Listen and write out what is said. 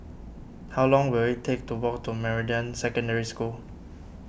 how long will it take to walk to Meridian Secondary School